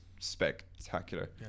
spectacular